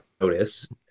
notice